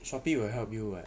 shopee will help you [what]